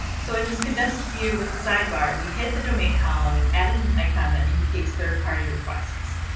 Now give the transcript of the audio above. so in this condensed view with the sidebar, we hid the domain column and added an icon that indicates third party requests.